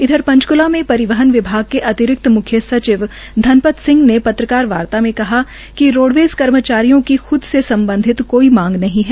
इधर पंचकुला में परिवहन विभाग के अतिरिक्त मुख्य सचिव धनपत सिंह ने पत्रकार वार्ता में कहा कि रोडवेज़ कर्मचारियों की खुद से सम्बधित कोई मांग नहीं है